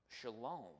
Shalom